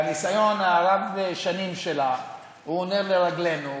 והניסיון רב-השנים שלה הוא נר לרגלינו,